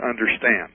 understand